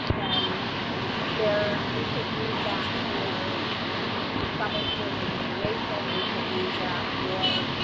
and there, we can use that for summer school remediation. we could use that for,